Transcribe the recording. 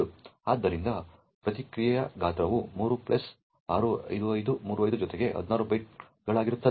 ಆದ್ದರಿಂದ ಪ್ರತಿಕ್ರಿಯೆಯ ಗಾತ್ರವು 3 ಪ್ಲಸ್ 65535 ಜೊತೆಗೆ 16 ಬೈಟ್ಗಳಾಗಿರುತ್ತದೆ